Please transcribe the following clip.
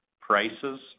prices